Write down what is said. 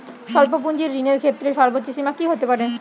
স্বল্প পুঁজির ঋণের ক্ষেত্রে সর্ব্বোচ্চ সীমা কী হতে পারে?